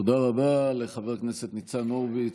תודה רבה לחבר הכנסת ניצן הורוביץ.